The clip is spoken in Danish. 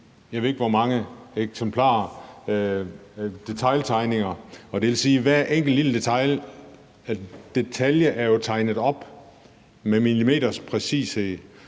jeg ved ikke mange detailtegninger af, og det vil sige, at hver enkelt lille detalje jo er tegnet op med millimeters præcision,